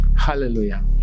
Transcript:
Hallelujah